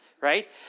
right